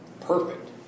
Perfect